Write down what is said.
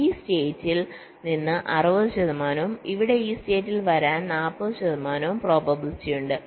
ഈ സ്റ്റേറ്റിൽ നിന്ന് 60 ശതമാനവും ഇവിടെ ഈ സ്റ്റേറ്റിൽ വരാൻ 40 ശതമാനവും പ്രോബബിലിറ്റി ഉണ്ട്